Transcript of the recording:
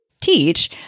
teach